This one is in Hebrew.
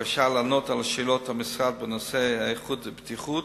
הבקשה לענות על שאלות המשרד בנושא האיכות והבטיחות,